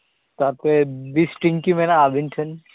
ᱛᱟᱯᱚᱨᱮ ᱵᱤᱥ ᱴᱮᱝᱠᱤ ᱢᱮᱱᱟᱜᱼᱟ ᱟᱹᱵᱤᱱ ᱴᱷᱮᱱ